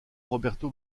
roberto